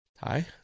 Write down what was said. Hi